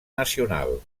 nacional